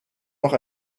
noch